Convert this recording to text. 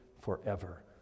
forever